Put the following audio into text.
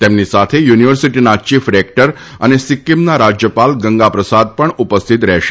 તેમની સાથે યુનિવર્સિટીના ચીફ રેકટર અને સિક્કીમના રાજ્યપાલ ગંગા પ્રસાદ પણ ઉપસ્થિત રહેશે